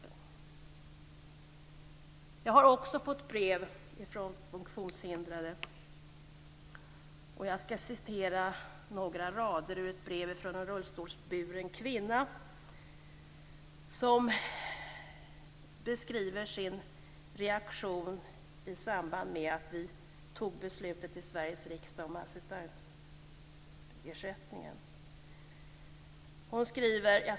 Jag har också fått brev från funktionshindrade. Jag skall citera några rader ur ett brev från en rullstolsburen kvinna som beskriver sin reaktion i samband med att vi fattade beslut om assistansersättningen i Sveriges riksdag.